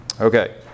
Okay